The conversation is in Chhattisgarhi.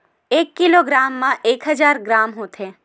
एक किलोग्राम मा एक हजार ग्राम होथे